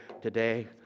today